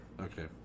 Okay